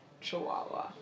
chihuahua